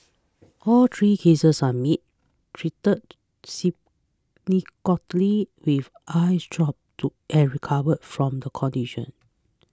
all three cases are meet treated symptomatically with eyes drops to and recovered from the condition